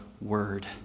word